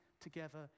together